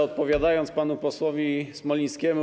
Odpowiadam panu posłowi Smolińskiemu.